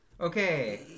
okay